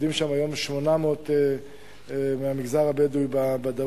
ואנחנו יודעים שיש שם היום 800 מהמגזר הבדואי בדרום.